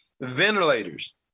ventilators